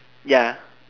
ya